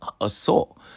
assault